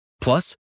Plus